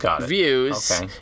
views